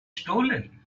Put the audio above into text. stolen